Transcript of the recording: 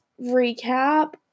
recap